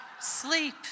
Sleep